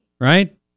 Right